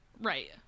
Right